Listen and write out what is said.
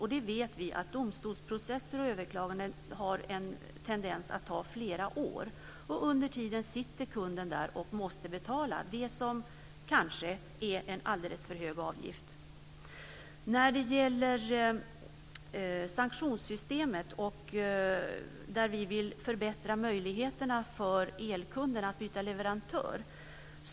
Och vi vet att domstolsprocesser och överklaganden har en tendens att ta flera år. Under tiden måste kunden betala det som kanske är en alldeles för hög avgift. Beträffande sanktionssystemet så vill vi förbättra möjligheterna för elkunderna att byta leverantör.